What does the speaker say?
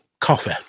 coffee